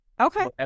Okay